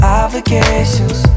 obligations